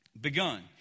begun